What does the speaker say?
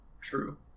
True